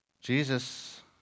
Jesus